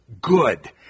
Good